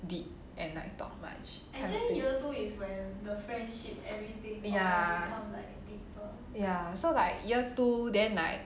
deep and like talk much kind of thing ya so like year two then like